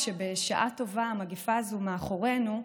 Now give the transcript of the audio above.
כשבשעה טובה המגפה הזאת מאחורינו,